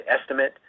estimate